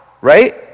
right